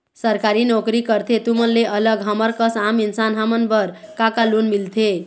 सरकारी नोकरी करथे तुमन ले अलग हमर कस आम इंसान हमन बर का का लोन मिलथे?